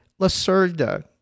Lacerda